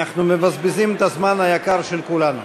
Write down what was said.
מבזבזים את הזמן היקר של כולנו.